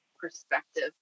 perspective